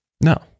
No